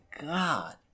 god